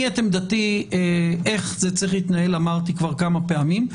אני את עמדתי איך זה צריך להתנהל אמרתי כבר כמה פעמים.